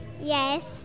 Yes